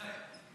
מתי?